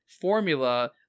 formula